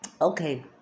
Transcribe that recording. Okay